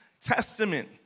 Testament